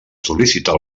sol·licitar